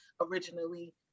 originally